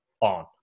on